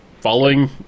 Following